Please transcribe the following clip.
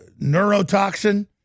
neurotoxin